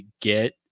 Get